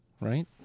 right